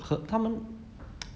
he~ 和他们